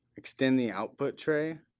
extend the output tray.